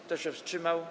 Kto się wstrzymał?